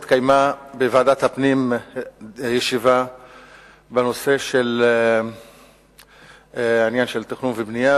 התקיימה בוועדת הפנים ישיבה בנושא של תכנון ובנייה